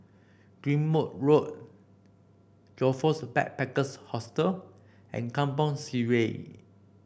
Ghim Moh Road Joyfor Backpackers' Hostel and Kampong Sireh